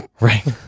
Right